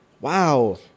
Wow